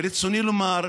ברצוני לומר: